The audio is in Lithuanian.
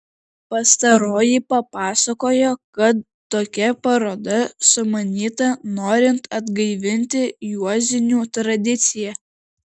pastaroji papasakojo kad tokia paroda sumanyta norint atgaivinti juozinių tradiciją